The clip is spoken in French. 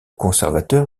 conservateur